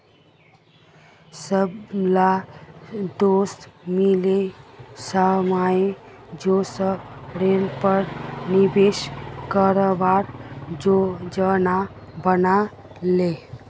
सबला दोस्त मिले सामान्य शेयरेर पर निवेश करवार योजना बना ले